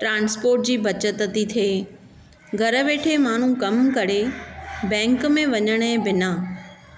transport जी बचति थी थिए घरु वेठे माण्हू कम करे बैंक में वञण जे बिना